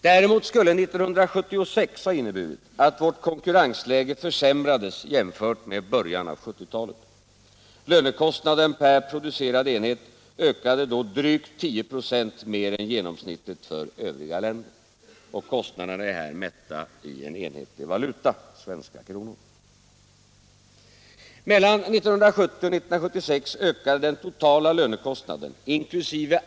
Däremot skulle 1976 ha inneburit att vårt konkurrensläge försämrades jämfört med början av 1970-talet. Lönekostnaden per producerad enhet ökade då drygt 10 96 mer än genomsnittet för övriga länder . 2) Mellan 1970 och 1976 ökade den totala lönekostnaden (inkl.